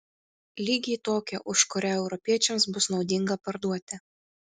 lygiai tokią už kurią europiečiams bus naudinga parduoti